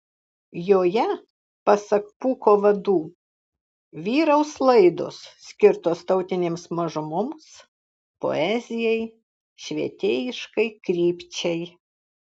joje pasak pūko vadų vyraus laidos skirtos tautinėms mažumoms poezijai švietėjiškai krypčiai